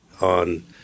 on